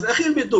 אז איך ילמדו?